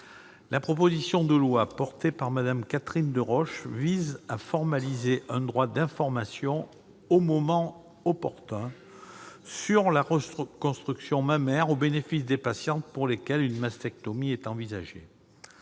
La proposition de loi portée par Mme Catherine Deroche vise à formaliser un droit à l'information, au moment opportun, sur la reconstruction mammaire au bénéfice des patientes pour lesquelles une mastectomie est envisagée.